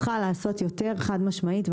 היא צריכה לעשות יותר חד משמעית,